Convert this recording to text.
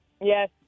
Yes